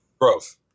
growth